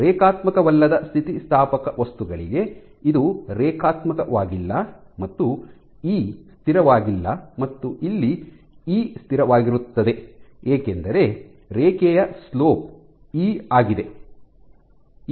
ರೇಖಾತ್ಮಕವಲ್ಲದ ಸ್ಥಿತಿಸ್ಥಾಪಕ ವಸ್ತುಗಳಿಗೆ ಇದು ರೇಖಾತ್ಮಕವಾಗಿಲ್ಲ ಮತ್ತು ಇ ಸ್ಥಿರವಾಗಿಲ್ಲ ಮತ್ತು ಇಲ್ಲಿ ಇ ಸ್ಥಿರವಾಗಿರುತ್ತದೆ ಏಕೆಂದರೆ ರೇಖೆಯ ಸ್ಲೋಪ್ ಇ ಆಗಿದೆ